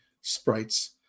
sprites